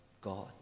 God